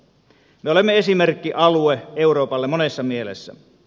me olemme esimerkkialue euroopalle monessa mielessä